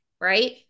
right